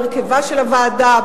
בהרכבה של הוועדה,